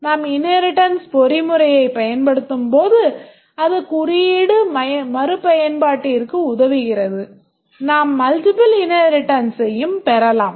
நாம் இன்ஹேரிட்டன்ஸ் பொறிமுறையைப் பயன்படுத்தும்போது அது குறியீடு மறுபயன்பாட்டிற்கு உதவுகிறது நாம் multiple இன்ஹேரிட்டன்ஸையும் பெறலாம்